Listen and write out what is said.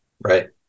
Right